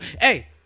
hey